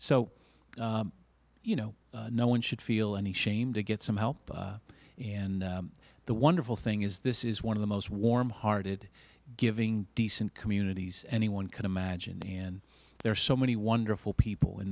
so you know no one should feel any shame to get some help and the wonderful thing is this is one of the most warm hearted giving decent communities anyone can imagine and there are so many wonderful people in